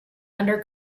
under